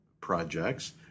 projects